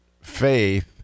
faith